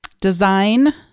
Design